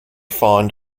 fond